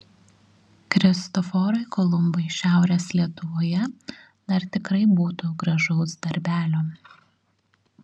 kristoforui kolumbui šiaurės lietuvoje dar tikrai būtų gražaus darbelio